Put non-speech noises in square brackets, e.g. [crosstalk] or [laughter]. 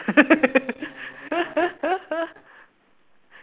[laughs]